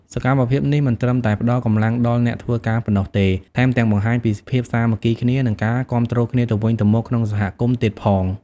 សកម្មភាពនេះមិនត្រឹមតែផ្តល់កម្លាំងដល់អ្នកធ្វើការប៉ុណ្ណោះទេ ថែមទាំងបង្ហាញពីភាពសាមគ្គីគ្នា និងការគាំទ្រគ្នាទៅវិញទៅមកក្នុងសហគមន៍ទៀតផង។